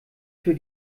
für